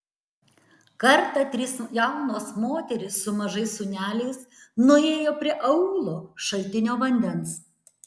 kartą trys jaunos moterys su mažais sūneliais nuėjo prie aūlo šaltinio vandens